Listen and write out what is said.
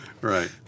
right